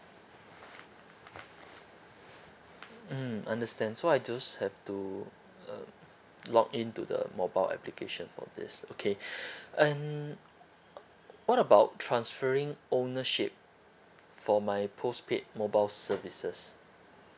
mm understand so I just have to uh log in to the mobile application for this okay and what about transferring ownership for my postpaid mobile services